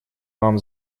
вам